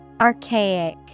Archaic